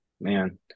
Man